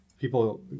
People